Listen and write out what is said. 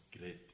great